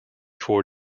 four